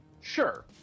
sure